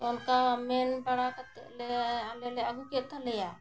ᱚᱱᱠᱟ ᱢᱮᱱ ᱵᱟᱲᱟ ᱠᱟᱛᱮᱫ ᱞᱮ ᱟᱞᱮ ᱞᱮ ᱟᱹᱜᱩ ᱠᱮᱫ ᱛᱟᱞᱮᱭᱟ